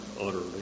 utterly